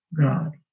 God